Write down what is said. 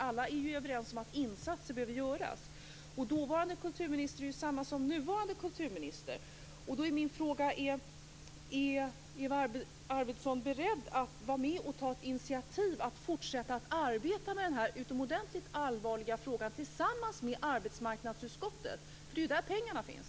Vi är alla överens om att insatser behöver göras. Dåvarande kulturministern är samma som nuvarande kulturministern. Min fråga är: Är Eva Arvidsson beredd att vara med att ta ett initiativ att fortsätta att arbeta med den här utomordentligt allvarliga frågan tillsammans med arbetsmarknadsutskottet? Det är ju där pengarna finns.